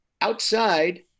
outside